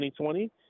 2020